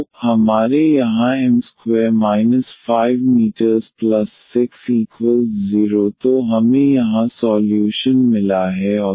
तो हमारे यहाँ m2 5m6 तो हमें यहाँ सॉल्यूशन मिला है m23